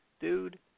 Dude